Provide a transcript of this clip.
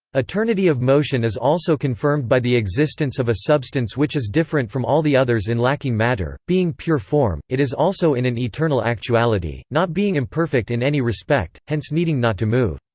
eternity of motion is also confirmed by the existence of a substance which is different from all the others in lacking matter being pure form, it is also in an eternal actuality, not being imperfect in any respect hence needing not to move.